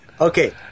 Okay